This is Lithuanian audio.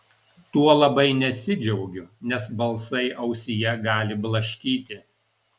tuo labai nesidžiaugiu nes balsai ausyje gali blaškyti